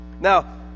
Now